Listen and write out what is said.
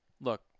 look